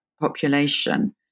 population